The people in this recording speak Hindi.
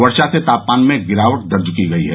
वर्षा से तापमान में गिरावट दर्ज की गयी है